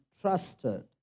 trusted